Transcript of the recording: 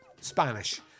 Spanish